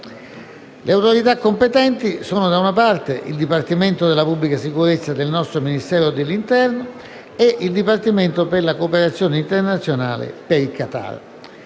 Le autorità competenti sono il Dipartimento della pubblica sicurezza del Ministero dell'interno per l'Italia e il Dipartimento per la cooperazione internazionale per il Qatar.